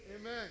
Amen